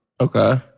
Okay